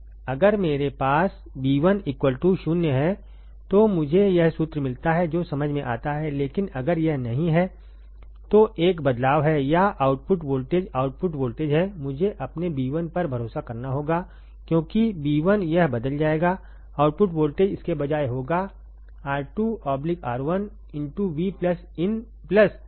अगर मेरे पासb1 0 है तो मुझे यह सूत्र मिलता है जो समझ में आता है लेकिन अगर यह नहीं है तो एक बदलाव है या आउटपुट वोल्टेज आउटपुट वोल्टेज है मुझे अपने Ib1पर भरोसाकरना होगा क्योंकि Ib1 यह बदल जाएगा आउटपुट वोल्टेज इसके बजाय होगा R2 R1 Vin R2Ib1